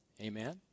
Amen